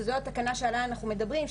שזו התקנה שעליה אנחנו מדברים,